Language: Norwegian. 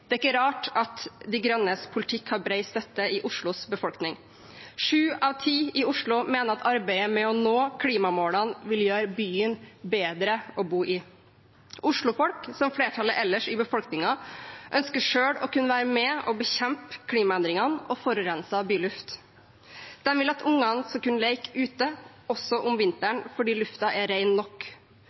Det er ikke rart at De Grønnes politikk har bred støtte i Oslos befolkning. Sju av ti i Oslo mener arbeidet med å nå klimamålene vil gjøre byen bedre å bo i. Oslo-folk som flertallet ellers i befolkningen ønsker selv å kunne være med på å bekjempe klimaendringene og forurenset byluft. De vil at barna skal kunne leke ute, også om vinteren, fordi luften er ren nok.